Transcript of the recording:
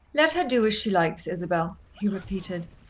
let her do as she likes, isabel, he repeated.